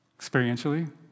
experientially